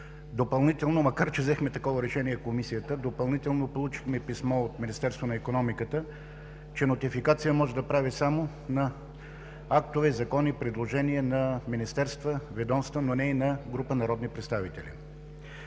допълнително, макар че взехме такова решение в Комисията. Допълнително получихме писмо от Министерството на икономиката, че нотификация може да прави само на актове и закони, предложения на министерства, ведомства, но не и на група народни представители.